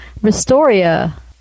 Restoria